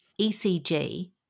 ECG